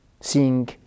seeing